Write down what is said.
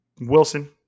Wilson